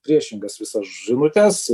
priešingas visas žinutes